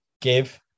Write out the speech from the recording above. Give